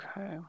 Okay